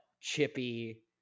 chippy